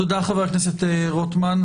תודה, חבר הכנסת רוטמן.